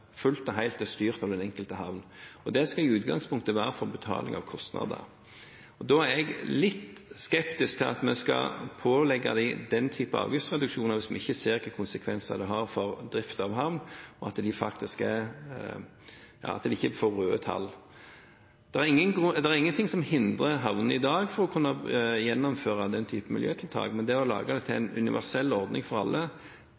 fullt og helt er styrt av den enkelte havn, og det skal i utgangspunktet være for betaling av kostnader. Jeg er litt skeptisk til at vi skal pålegge dem den type avgiftsreduksjoner hvis vi ikke ser hvilke konsekvenser det har for drift av havnen, slik at en ikke får røde tall. Det er ingenting i dag som hindrer havnene i å kunne gjennomføre den typen miljøtiltak, men for å kunne gjøre det til